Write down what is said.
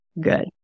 Good